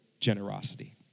generosity